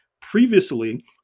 Previously